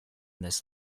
this